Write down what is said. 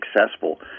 successful